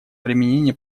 применения